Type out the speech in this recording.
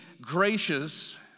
gracious